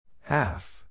Half